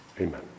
Amen